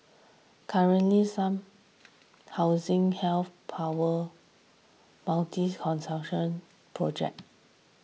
currently some housing health power project